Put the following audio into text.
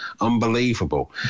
Unbelievable